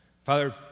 Father